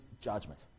judgment